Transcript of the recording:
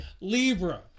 Libra